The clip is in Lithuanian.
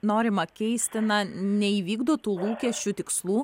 norima keisti na neįvykdo tų lūkesčių tikslų